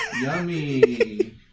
Yummy